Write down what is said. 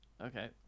Okay